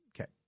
Okay